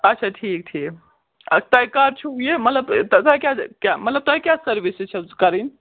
اَچھا ٹھیٖک ٹھیٖک ادٕ تۄہہ کر چھُو یہِ مطلب تُہۍ کیٛاہ مطلب تُہۍ کیٛاہ سٔروِسِس چھِ کَرٕنۍ